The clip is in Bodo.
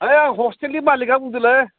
है ह'स्टेलनि मालिगआ बुंदोंलै